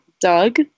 Doug